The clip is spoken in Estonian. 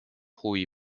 huvi